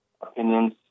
opinions